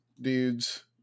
dudes